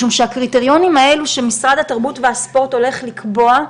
משום שהקריטריונים האלו שמשרד התרבות והספורט הולך לקבוע,